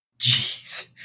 Jeez